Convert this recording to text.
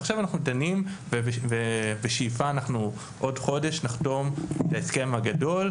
ועכשיו אנחנו דנים בשאיפה לחתום בעוד חודש על ההסכם הגדול,